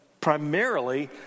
primarily